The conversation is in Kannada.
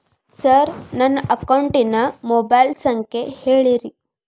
ಸರ್ ನನ್ನ ಅಕೌಂಟಿನ ಮೊಬೈಲ್ ಸಂಖ್ಯೆ ಹೇಳಿರಿ